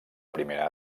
primera